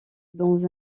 dans